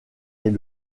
est